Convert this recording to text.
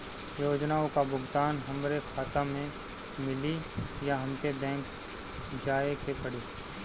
योजनाओ का भुगतान हमरे खाता में मिली या हमके बैंक जाये के पड़ी?